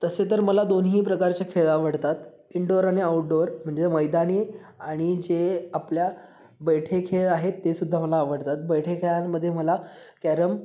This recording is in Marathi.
तसे तर मला दोन्ही प्रकारचे खेळ आवडतात इनडोअर आणि आऊटडोअर म्हणजे मैदानी आणि जे आपल्या बैठे खेळ आहेत ते सुद्धा मला आवडतात बैठे खेळांमध्ये मला कॅरम